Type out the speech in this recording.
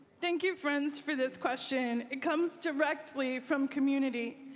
thank you, friends, for this question. it comes directly from community.